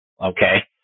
Okay